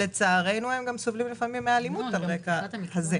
לצערנו הם גם סובלים לפעמים מאלימות על הרקע הזה.